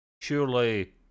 surely